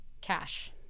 Cash